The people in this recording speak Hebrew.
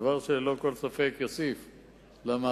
דבר שללא כל ספק יוסיף למערכת.